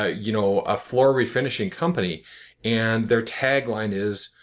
ah you know a floor refinishing company and their tagline is